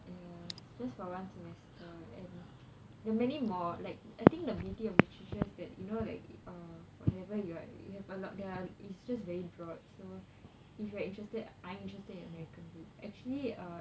ya is just for one semester and there are many more like I think the beauty of literature is that you know like uh whatever you like you have a lot there is just very broad so if you are interested I'm interested in american literature actually err